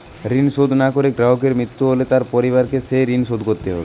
ঋণ শোধ না করে গ্রাহকের মৃত্যু হলে তার পরিবারকে সেই ঋণ শোধ করতে হবে?